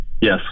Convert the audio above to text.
Yes